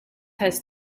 has